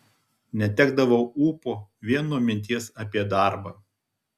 netekdavau ūpo vien nuo minties apie darbą